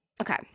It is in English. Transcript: Okay